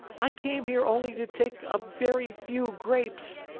i came here only to take a very few grapes.